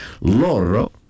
loro